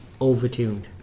overtuned